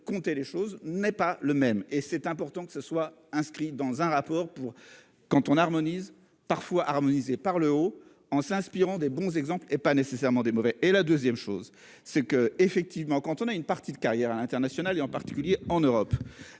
compter les choses n'est pas le même et c'est important que ce soit inscrit dans un rapport pour quand on harmonise parfois harmoniser par le haut, en s'inspirant des bons exemples et pas nécessairement des mauvais et la 2ème chose c'est que effectivement quand on a une partie de carrière à l'internationale et en particulier en Europe,